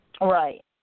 Right